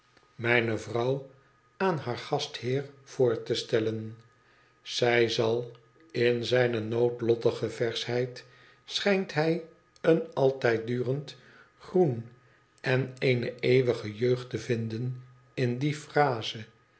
mijne vrouw aan haar gastheer voor te stellen zij zal in zijne noodlottige verschheid schijnt hij een altijddurend groen en eene eeuwige jeugd te vinden in die phrase